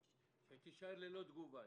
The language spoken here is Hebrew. מבקש שהיא תישאר ללא תגובה